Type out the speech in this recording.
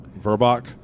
Verbach